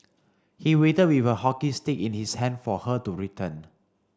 he waited with a hockey stick in his hand for her to return